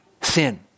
sin